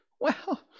Well